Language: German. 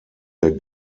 der